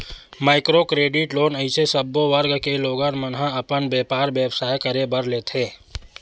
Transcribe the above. micro credit loan अइसे सब्बो वर्ग के लोगन मन ह अपन बेपार बेवसाय करे बर लेथे